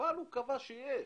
הוא קבע שיש.